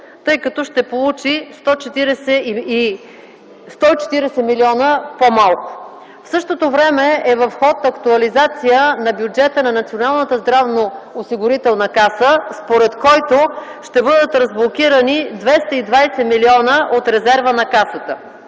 тъй като ще получи 140 млн. лв. по-малко. В същото време е в ход актуализация на бюджета на Националната здравноосигурителна каса, според който ще бъдат разблокирани 220 млн. лв. от резерва на Касата.